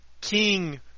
King